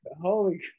holy